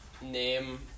Name